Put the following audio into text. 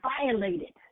violated